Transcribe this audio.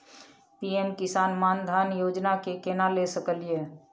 PM Kisan Maan Dhan Yojana के केना ले सकलिए?